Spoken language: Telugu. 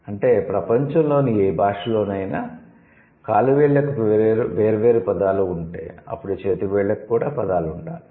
అంటే ప్రపంచంలోని ఏ భాషలోనైనా కాలు వేళ్ళకు వేర్వేరు పదాలు ఉంటే అప్పుడు చేతి వేళ్ళకు కూడా పదాలు ఉండాలి